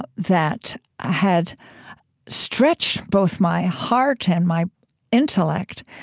ah that had stretched both my heart and my intellect